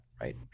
right